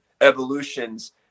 evolutions